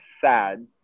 sad